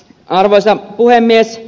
arvoisa puhemies